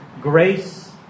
grace